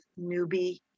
newbie